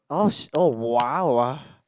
oh shit oh wow wow